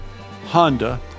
Honda